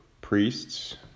priests